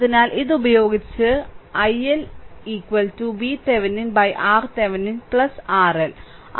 അതിനാൽ ഇത് ഉപയോഗിച്ച് ഇത് ഉപയോഗിക്കുന്നു i L VThevenin RThevenin RL